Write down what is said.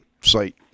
site